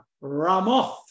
Ramoth